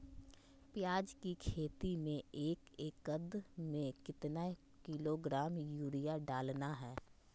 प्याज की खेती में एक एकद में कितना किलोग्राम यूरिया डालना है?